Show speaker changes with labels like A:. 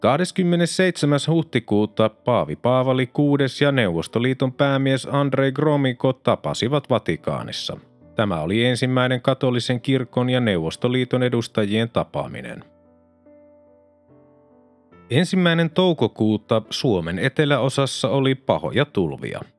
A: Kahdeskymmenes seitsemäs huhtikuuta Paavi Paavali VI ja Neuvostoliiton päämies Andrei Gromyko tapasivat Vatikaanissa. Tämä oli ensimmäinen katolisen kirkon ja Neuvostoliiton edustajien tapaaminen. Ensimmäinen toukokuuta Suomen eteläosassa oli pahoja tulvia.